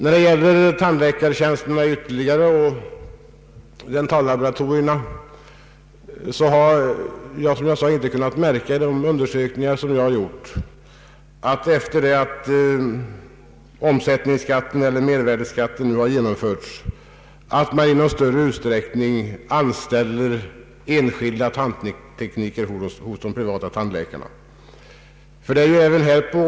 Vad gäller tandläkarna och dentallaboratorierna har jag, som jag tidigare nämnde, i mina undersökningar inte märkt att man i någon större utsträckning anställer enskilda tandtekniker hos de privata tandläkarna, efter det mervärdeskatten nu har genomförts.